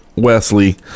Wesley